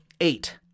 eight